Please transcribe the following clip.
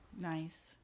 Nice